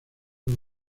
los